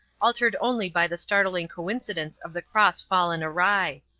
altered only by the startling coincidence of the cross fallen awry.